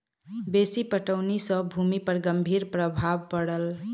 बेसी पटौनी सॅ भूमि पर गंभीर प्रभाव पड़ल